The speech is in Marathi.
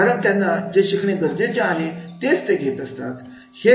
कारण त्यांना जे शिकणे गरजेचे आहे तेच घेत असतात